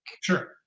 Sure